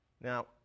Now